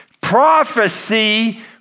Prophecy